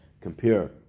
compare